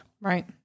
Right